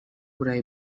burayi